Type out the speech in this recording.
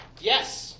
Yes